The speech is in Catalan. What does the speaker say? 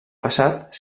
passat